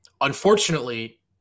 unfortunately